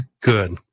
Good